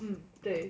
mm 对